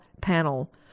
panel